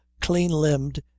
clean-limbed